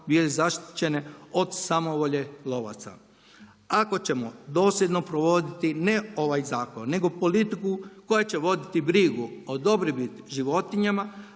bile zaštićene od samovolje lovaca. Ako ćemo dosljedno provoditi ne ovaj zakon, nego politiku koja će voditi brigu o dobrobiti životinja,